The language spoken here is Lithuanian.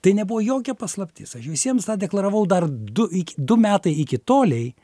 tai nebuvo jokia paslaptis aš visiems tą deklaravau dar du iki du metai iki tolei